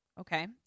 Okay